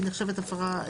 היא נחשבת הפרה,